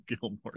Gilmore